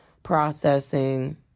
processing